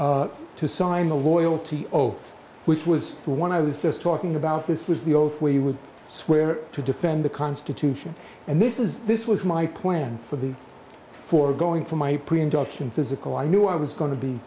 to sign a loyalty oath which was the one i was just talking about this was the oath where you would swear to defend the constitution and this is this was my plan for the foregoing for my pre induction physical i knew i was going to be